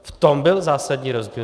V tom byl zásadní rozdíl.